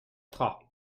tra